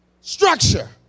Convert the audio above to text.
structure